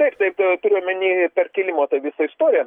taip taip turiu omeny perkėlimo tą visą istoriją